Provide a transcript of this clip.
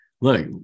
look